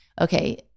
okay